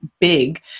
big